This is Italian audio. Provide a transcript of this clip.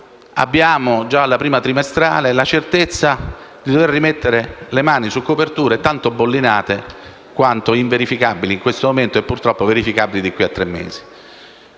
e già alla prima trimestrale avremo la certezza di dover rimettere le mani su coperture tanto "bollinate", quanto inverificabili in questo momento e purtroppo verificabili da qui a tre mesi.